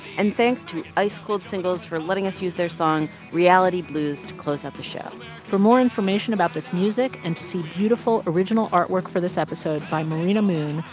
and thanks to ice cold singles for letting us use their song reality blues to close out the show for more information about this music and to see beautiful original artwork for this episode by marina moon,